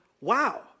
wow